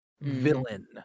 villain